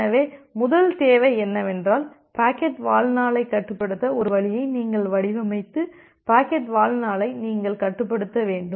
எனவே முதல் தேவை என்னவென்றால் பாக்கெட் வாழ்நாளை கட்டுப்படுத்த ஒரு வழியை நீங்கள் வடிவமைத்து பாக்கெட் வாழ்நாளை நீங்கள் கட்டுப்படுத்த வேண்டும்